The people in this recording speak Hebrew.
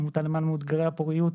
העמותה למען מאותגרי הפוריות,